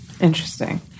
Interesting